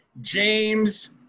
James